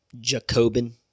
Jacobin